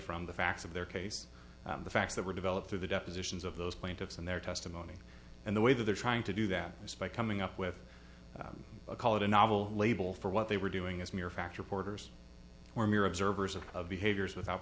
from the facts of their case the facts that were developed through the depositions of those plaintiffs and their testimony and the way that they're trying to do that is by coming up with a call it a novel label for what they were doing as mere fact reporters were mere observers of of behaviors without